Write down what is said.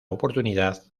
oportunidad